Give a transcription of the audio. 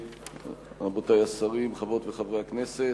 רבותי השרים, חברות וחברי הכנסת,